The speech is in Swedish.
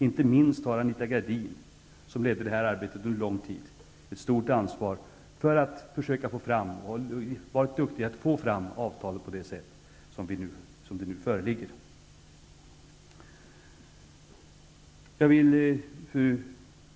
Inte minst har Anita Gradin, som ledde detta arbete under lång tid, en stor del i att på ett dugligt sätt ha fått fram avtalet så som det nu föreligger. Fru talman!